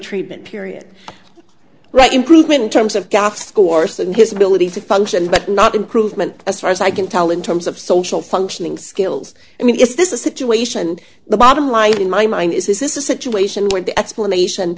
treatment period right improvement in terms of golf course and his ability to function but not improvement as far as i can tell in terms of social functioning skills i mean is this a situation the bottom line in my mind is this is a situation where the explanation